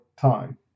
time